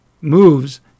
moves